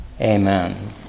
Amen